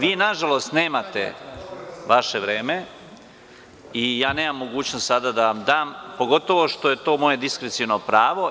Vi nažalost nemate vaše vreme i ja nemam mogućnost sada da vam dam, pogotovo što je to moje diskreciono pravo.